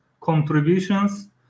contributions